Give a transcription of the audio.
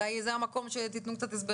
אולי זה המקום להסברים.